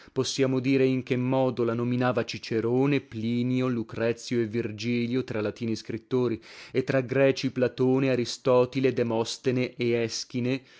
possiamo dire in che modo la nominava cicerone plinio lucrezio e virgilio tra latini scrittori e tra greci platone aristotile demostene e